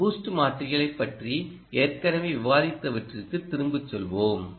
நாம் பூஸ்ட் மாற்றிகளைப் பற்றி ஏற்கனவே விவாதித்தவற்றிற்கு திரும்பிச் செல்வோம்